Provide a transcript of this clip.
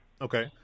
Okay